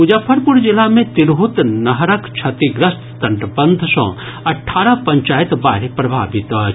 मुजफ्फरपुर जिला मे तिरहुत नहरक क्षतिग्रस्त तटबंध सँ अठारह पंचायत बाढ़ि प्रभावित अछि